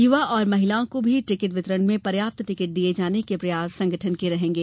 युवा और महिलाओं को भी टिकट वितरण में पर्याप्त टिकट दिए जाने के प्रयास संगठन के रहेंगे